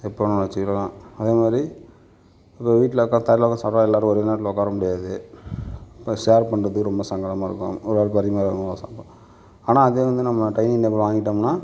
எப்போ வேணாலும் வச்சுக்கலாம் அதே மாதிரி இப்போ வீட்டில் உக்கார்ந்து தரையில் உக்கார்ந்து சாப்பிட்டா எல்லாரும் ஒரே நேரத்தில் உட்கார முடியாது அப்போ ஷேர் பண்றதுக்கு ரொம்ப சங்கடமாயிருக்கும் ஒரு ஆள் பரிமாற ஆனால் அது வந்து நம்ம டைனிங் டேபிள் வாங்கிட்டோம்னால்